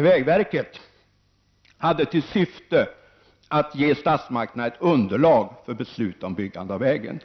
vägverket, syftade till att ge statsmakterna ett underlag för beslut om byggandet av vägen.